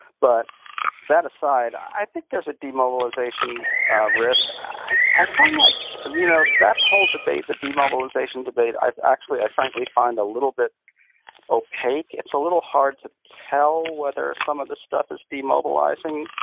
but that aside, i think there's a demobilization risk. i i find like you know that whole debate, the demobilization debate, actually i frankly find a little bit opaque. it's a little hard to tell whether some of this stuff is demobilizing.